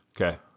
Okay